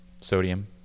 sodium